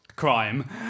Crime